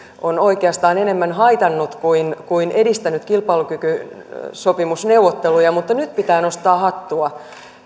on oikeastaan enemmän haitannut kuin kuin edistänyt kilpailukykysopimusneuvotteluja mutta nyt pitää nostaa hattua